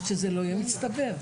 שזה לא יהיה מצטבר.